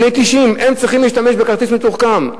בני 90. הם צריכים להשתמש בכרטיס מתוחכם.